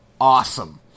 awesome